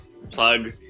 plug